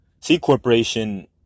C-Corporation